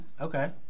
Okay